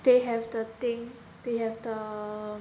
they have the thing they have the